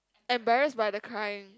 embarrassed by the crying